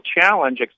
challenge